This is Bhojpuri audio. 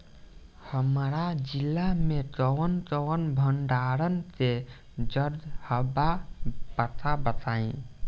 हमरा जिला मे कवन कवन भंडारन के जगहबा पता बताईं?